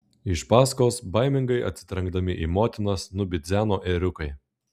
iš paskos baimingai atsitrenkdami į motinas nubidzeno ėriukai